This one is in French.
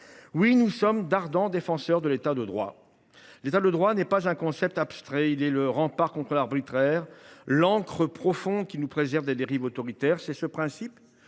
Oui, nous sommes d’ardents défenseurs de l’État de droit. Celui ci n’est pas un concept abstrait : il est le rempart contre l’arbitraire, l’ancre profonde qui nous préserve de dérives autoritaires. C’est ce principe